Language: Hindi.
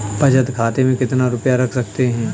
बचत खाते में कितना रुपया रख सकते हैं?